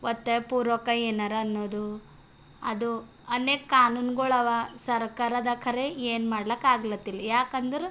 ಒತ್ತಾಯಪೂರ್ವಕ ಏನಾರ ಅನ್ನೋದು ಅದು ಅನೇಕ ಕಾನೂನುಗಳವ ಸರ್ಕಾರದ ಖರೆ ಏನು ಮಾಡ್ಲಾಕ್ಕ ಆಗ್ಲತ್ತಿಲ್ಲ ಯಾಕಂದ್ರೆ